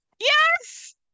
Yes